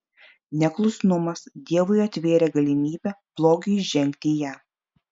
neklusnumas dievui atvėrė galimybę blogiui įžengti į ją